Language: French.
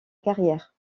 carrière